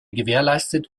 gewährleistet